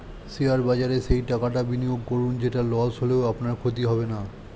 share বাজারে সেই টাকাটা বিনিয়োগ করুন যেটা লস হলেও আপনার ক্ষতি হবে না